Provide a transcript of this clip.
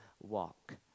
walk